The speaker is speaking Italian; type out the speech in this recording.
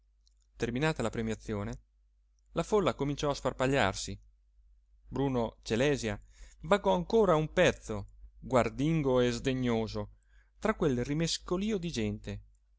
viva terminata la premiazione la folla cominciò a sparpagliarsi bruno celèsia vagò ancora un pezzo guardingo e sdegnoso tra quel rimescolío di gente